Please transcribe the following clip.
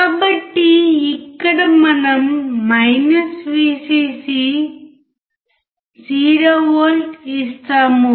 కాబట్టి ఇక్కడ మనం Vcc 0V ఇస్తాము